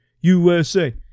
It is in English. USA